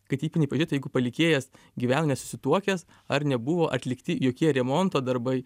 kad įpėdiniai pažiūrėtų jeigu palikėjas gyveno nesusituokęs ar nebuvo atlikti jokie remonto darbai